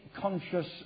conscious